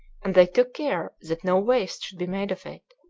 and they took care that no waste should be made of it,